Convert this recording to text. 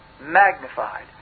magnified